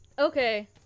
okay